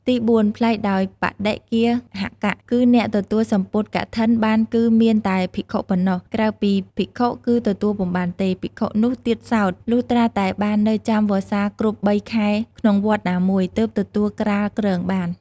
ទីបួន ប្លែកដោយបដិគ្គាហក គឺអ្នកទទួលសំពត់កឋិនបានគឺមានតែភិក្ខុប៉ុណ្ណោះ ក្រៅពីភិក្ខុគឺទទួលពុំបានទេ ភិក្ខុនោះទៀតសោត លុះត្រាតែបាននៅចាំវស្សាគ្រប់៣ខែក្នុងវត្តណាមួយ ទើបទទួលក្រាលគ្រងបាន។